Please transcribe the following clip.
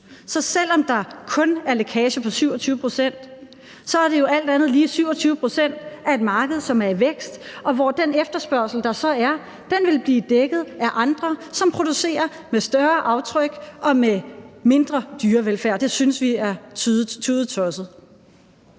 Så selv om der kun er en lækageeffekt på 27 pct., er det jo alt andet lige 27 pct. af et marked, som er i vækst, og hvor den efterspørgsel, der så er, vil blive dækket af andre, som producerer med større aftryk og med mindre dyrevelfærd, og det synes vi er tudetosset.